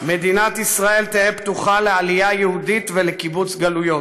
"מדינת ישראל תהא פתוחה לעלייה יהודית ולקיבוץ גלויות,